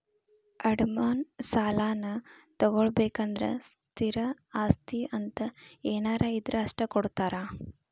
ಅಡಮಾನ ಸಾಲಾನಾ ತೊಗೋಬೇಕಂದ್ರ ಸ್ಥಿರ ಆಸ್ತಿ ಅಂತ ಏನಾರ ಇದ್ರ ಅಷ್ಟ ಕೊಡ್ತಾರಾ